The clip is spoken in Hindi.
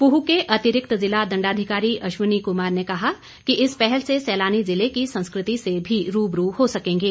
पूह के अतिरिक्त जिला दंडाधिकारी अश्वनी कुमार ने कहा कि इस पहल से सैलानी जिले की संस्कृति से भी रूबरू हो सकेंगे